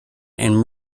and